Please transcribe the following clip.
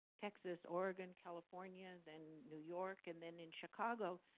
texas, oregon, california, then new york, and then in chicago.